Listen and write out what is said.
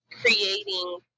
creating